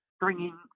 bringing